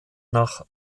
nach